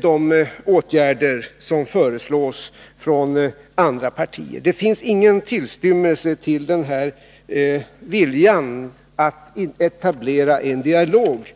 de åtgärder som föreslås från andra partier. Det finns hos finansministern ingen tillstymmelse till denna vilja att etablera en dialog.